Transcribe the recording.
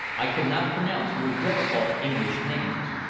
i cannot pronounce your difficult english names.